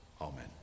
Amen